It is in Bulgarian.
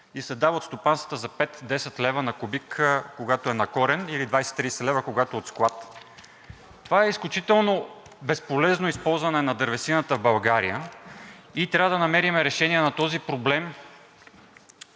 и се дават в стопанствата за 5 – 10 лв. на кубик, когато е на корен, или 20 – 30 лв., когато е от склад. Това е изключително безполезно използване на дървесината в България. Трябва да намерим решение на този проблем